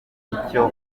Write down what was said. icyo